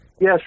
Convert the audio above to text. Yes